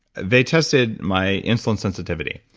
they tested my insulin sensitivity,